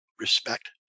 respect